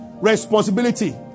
responsibility